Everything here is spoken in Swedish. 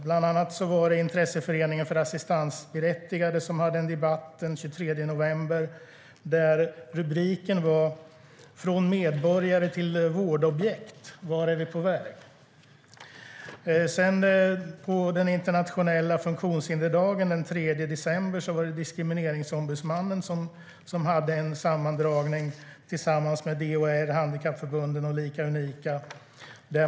Bland annat hade Intressegruppen för assistansberättigade en debatt den 23 november, där rubriken var: Från medborgare till vårdobjekt - vart är vi på väg? På den internationella funktionshindersdagen den 3 december hade Diskrimineringsombudsmannen ett seminarium tillsammans med DHR, handikappförbunden och Lika Unika.